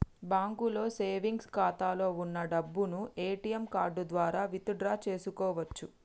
బ్యాంకులో సేవెంగ్స్ ఖాతాలో వున్న డబ్బును ఏటీఎం కార్డు ద్వారా విత్ డ్రా చేసుకోవచ్చు